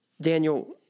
Daniel